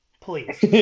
please